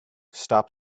stop